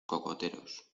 cocoteros